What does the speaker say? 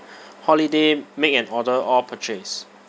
holiday make an order or purchase